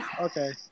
Okay